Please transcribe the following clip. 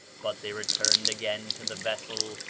but they returned again to the vessel,